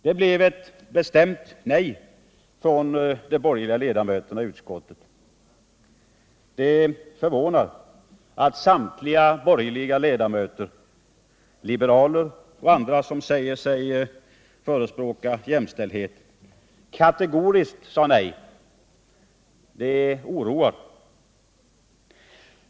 Det blev ett bestämt nej från de borgerliga ledamöterna i utskottet. Det är förvånande att samtliga borgerliga ledamöter, liberaler och andra som säger sig förespråka jämställdhet, kategoriskt sade nej. Det oroar.